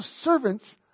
servants